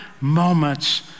moments